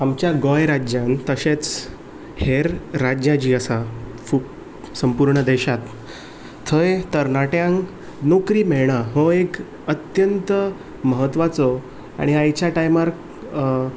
आमच्या गोंय राज्यांत तशेंच हेर राज्यां जीं आसा पूर्ण देशांत थंय तरणाट्यांक नोकरी मेळना हो एक अत्यंत म्हत्वाचो आनी आयच्या टायमार